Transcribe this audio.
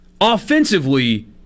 Offensively